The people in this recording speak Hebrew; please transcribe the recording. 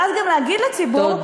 ואז גם להגיד לציבור,